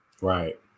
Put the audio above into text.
Right